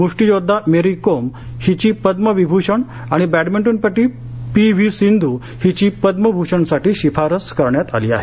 मुष्टीयोद्धा मेरी कोम हिची पद्मविभूषण आणि बद्धानिंटनपट्र पी व्ही सिंधूची पद्मभूषणसाठी शिफारस करण्यात आली आहे